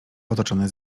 otoczony